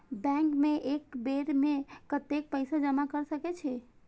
Bank में एक बेर में कतेक पैसा जमा कर सके छीये?